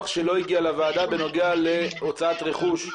שלא הגיע לוועדה בנוגע להוצאת רכוש.